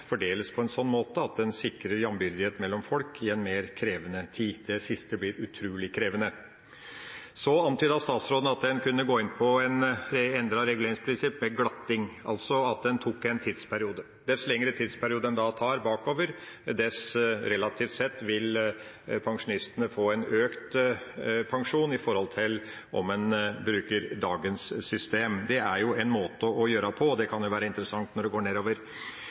fordeles på en sånn måte at en sikrer jambyrdighet mellom folk i en mer krevende tid. Det siste blir utrolig krevende. Så antydet statsråden at en kunne gå inn på et endret reguleringsprinsipp med glatting, altså at en tok en tidsperiode. Dess lengre tidsperiode en da tar bakover, dess relativt sett vil pensjonistene få en økt pensjon i forhold til om en bruker dagens system. Det er jo en måte å gjøre det på, det kan jo være interessant når det går nedover.